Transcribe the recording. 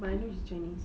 but I know he's chinese